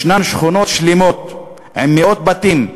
יש שכונות שלמות, עם מאות בתים,